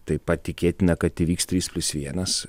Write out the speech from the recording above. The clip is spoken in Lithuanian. taip pat tikėtina kad įvyks trys plius vienas